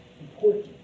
important